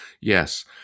Yes